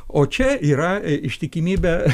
o čia yra ištikimybė